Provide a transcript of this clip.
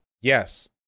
Yes